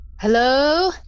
hello